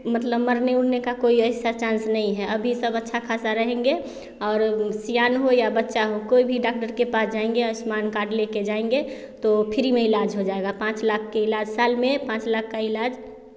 मतलब मरने उरने का कोई ऐसा चांस नहीं है अभी सब अच्छा ख़ासा रहेंगे और सियान हो या बच्चा कोई भी डाक्टर के पास जाएँगे आयुष्मान कार्ड लेके जाएँगे तो फिरी में इलाज हो जाएगा पाँच लाख के इलाज साल में पाँच लाख का इलाज